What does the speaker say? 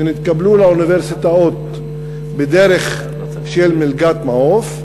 שהתקבלו לאוניברסיטאות בדרך של "מלגת מעוף",